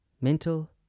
mental